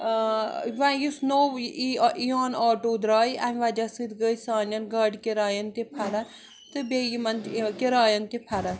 یُس نوٚو اِی آن آٹوٗ درٛاے اَمہِ وجہ سۭتۍ گٔیہِ سانٮ۪ن گاڑِ کِرایَن تہِ فرق تہٕ بیٚیہِ یِمن کِرایَن تہِ فرق